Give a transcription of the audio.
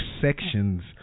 sections